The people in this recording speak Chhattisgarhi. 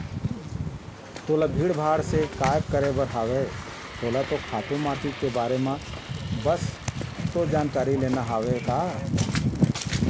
तोला भीड़ भाड़ से काय करे बर हवय तोला तो खातू माटी के बारे म बस तो जानकारी लेना हवय का